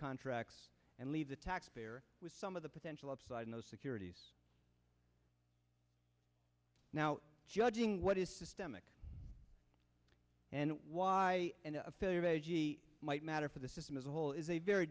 contracts and leave the taxpayer with some of the potential upside in those securities now judging what is systemic and why and failure of a g might matter for the system as a whole is a very